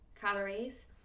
calories